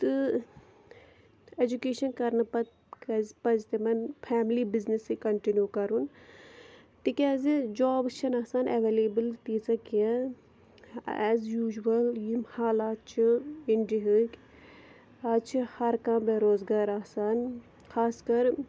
تہٕ ایٚجوٗکیشَن کَرنہٕ پَتہٕ کزِ پَزِ تِمَن فیملی بِزنِسٕے کَنٹِنیوٗ کَرُن تِکیٛازِ جاب چھِنہٕ آسان ایٚویلیبُل تیٖژاہ کیٚنٛہہ ایز یوٗجوَل یِم حالات چھِ اِنڈیہِکۍ اَز چھِ ہر کانٛہہ بےٚ روزگار آسان خاص کَر